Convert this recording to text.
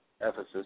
Ephesus